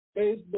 Facebook